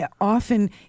often